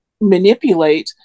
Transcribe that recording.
manipulate